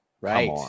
Right